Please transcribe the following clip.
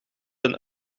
een